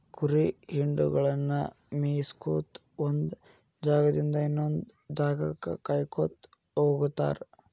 ಕುರಿ ಹಿಂಡಗಳನ್ನ ಮೇಯಿಸ್ಕೊತ ಒಂದ್ ಜಾಗದಿಂದ ಇನ್ನೊಂದ್ ಜಾಗಕ್ಕ ಕಾಯ್ಕೋತ ಹೋಗತಾರ